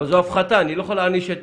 אבל זו הפחתה ואני לא יכול להעניש את